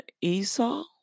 Esau